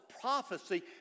prophecy